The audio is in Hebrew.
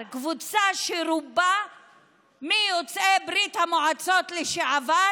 קבוצה שרובה מיוצאי ברית המועצות לשעבר,